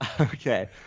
okay